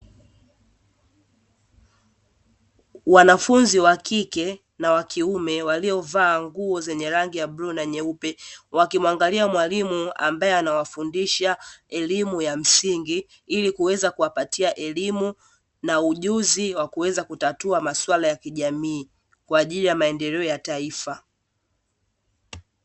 Wanafunzi wa kike na wa kiume waliovaa nguo zenye rangi ya bluu na nyeupe, wakimwangalia mwalimu ambaye anawafundisha elimu ya msingi ili kuweze kuwapatia elimu na ujuzi wa kuweza kutatua maswala ya kijamii, kwa ajili ya maendeleo ya taifa.